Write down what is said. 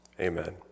amen